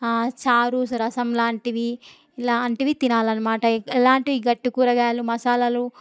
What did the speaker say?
చారు రసం లాంటివి ఇలాంటివి తినాలి అనమాట ఎలాంటివి గట్టి కూరగాయలు మసాలాలు